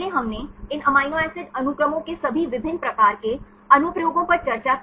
पहले हमने इन अमीनो एसिड अनुक्रमों के सभी विभिन्न प्रकार के अनुप्रयोगों पर चर्चा की